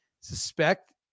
suspect